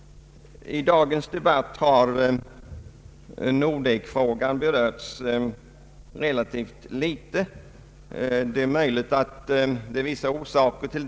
I dagens debatt har Nordekfrågan berörts relativt litet. Möjligen finns vissa orsaker härtill.